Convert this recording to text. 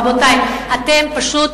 רבותי, אתם פשוט,